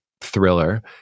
thriller